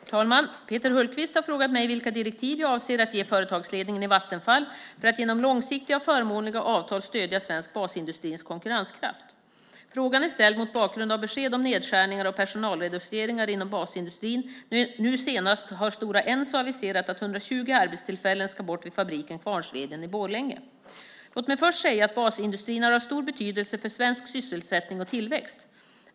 Herr talman! Peter Hultqvist har frågat mig vilka direktiv jag avser att ge företagsledningen i Vattenfall för att genom långsiktiga och förmånliga avtal stödja svensk basindustris konkurrenskraft. Frågan är ställd mot bakgrund av besked om nedskärningar och personalreduceringar inom basindustrin - nu senast har Stora Enso aviserat att 120 arbetstillfällen ska bort vid fabriken i Kvarnsveden i Borlänge. Låt mig först säga att basindustrin är av stor betydelse för svensk sysselsättning och tillväxt.